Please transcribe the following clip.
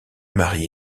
mari